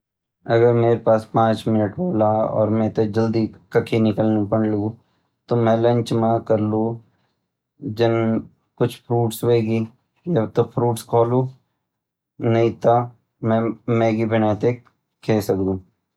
मैं घर पर छौ और दोपहर का खाणा बणोंण का वास्ता मेरा पास सिर्फ पांच मिनट छन। तो मैं खिचड़ी या पुलाव बणोलू।